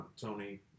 Tony